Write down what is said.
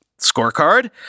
Scorecard